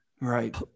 right